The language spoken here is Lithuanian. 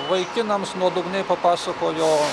vaikinams nuodugniai papasakojo